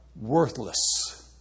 worthless